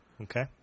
Okay